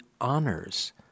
honors